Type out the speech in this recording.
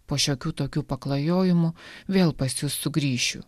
po šiokių tokių paklajojimų vėl pas jus sugrįšiu